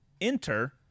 enter